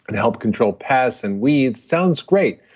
and help control pests and weeds. sounds great,